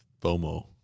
FOMO